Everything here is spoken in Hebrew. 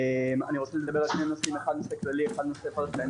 אני רוצה לדבר על שני נושאים אחד כללי ואחד פרטני.